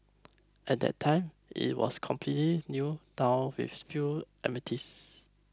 at that time it was completely new town with few